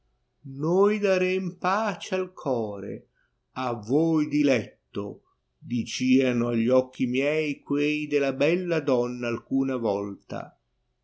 noi darem pace al core a voi diletto dìcieno agli occhi miei s quei della bella donna alcuna volta